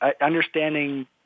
understanding